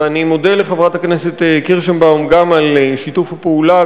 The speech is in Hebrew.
אני מודה לחברת הכנסת קירשנבאום גם על שיתוף הפעולה,